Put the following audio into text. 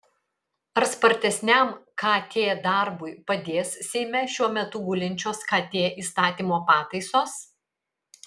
ar spartesniam kt darbui padės seime šiuo metu gulinčios kt įstatymo pataisos